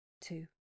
two